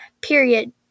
period